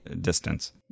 distance